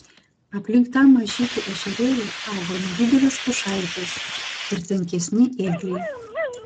aplink tą mažytį ežerėlį augo nedidelės pušaitės ir tankesni ėgliai